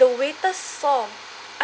the waiters saw